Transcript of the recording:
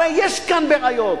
הרי יש כאן בעיות,